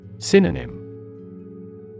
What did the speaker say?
Synonym